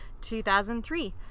2003